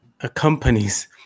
accompanies